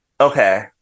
okay